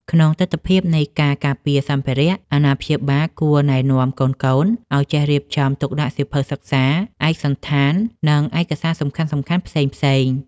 ក្នុងទិដ្ឋភាពនៃការការពារសម្ភារៈ អាណាព្យាបាលគួរណែនាំកូនៗឱ្យចេះរៀបចំទុកដាក់សៀវភៅសិក្សា ឯកសណ្ឋាន និងឯកសារសំខាន់ៗផ្សេងៗ។